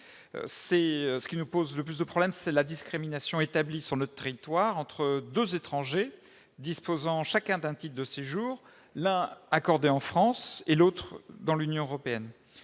Ce qui nous pose le plus de problèmes, c'est la discrimination établie sur notre territoire entre deux étrangers disposant chacun d'un titre de séjour, selon que celui-ci est accordé en France ou ailleurs dans l'Union européenne.